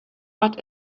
but